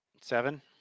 seven